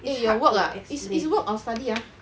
eh your work ah is is work or study ah okay